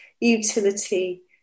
utility